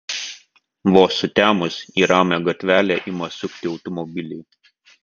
vos sutemus į ramią gatvelę ima sukti automobiliai